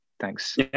Thanks